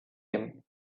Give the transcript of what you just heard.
him